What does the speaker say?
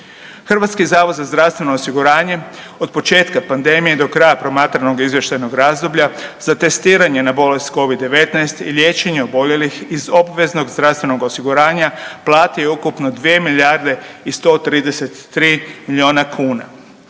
ili 66% sa 2 doze. HZZO od početka pandemije do kraja promatranog izvještajnog razdoblja za testiranje na bolest Covid-19 i liječenje oboljelih iz obveznog zdravstvenog osiguranja platio je ukupno 2 milijarde i 133 miliona kuna.